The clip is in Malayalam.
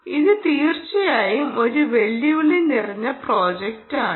ഇത് തീർച്ചയായും ഒരു വെല്ലുവിളി നിറഞ്ഞ പ്രോജക്റ്റ് ആണ്